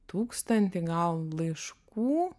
tūkstantį gal laiškų